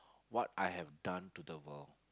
what I have done to the world